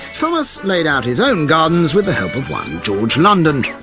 thomas laid out his own gardens with the help of one george london,